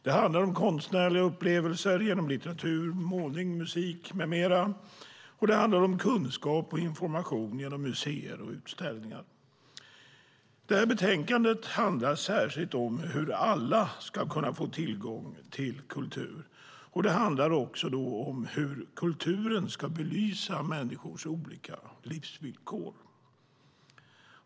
Det handlar om konstnärliga upplevelser genom litteratur, målning, musik med mera, och det handlar om kunskap och information genom museer och utställningar. Det här betänkandet handlar särskilt om hur alla ska kunna få tillgång till kultur. Det handlar också om hur kulturen ska belysa människors olika livsvillkor.